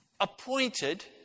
appointed